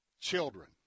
children